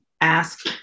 ask